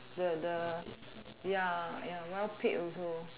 the the ya ya well paid also